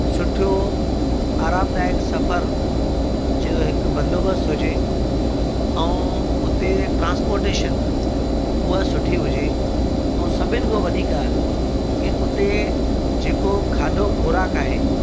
सुठो आरामु दायक सफ़र जो हिकु बंदोबस्त हुजे ऐं हुते ट्रांसपोटेशन उहा सुठी हुजे ऐं सभिनी खां वॾी ॻाल्हि जेको की उते जेको खाधो ख़ोराक आहे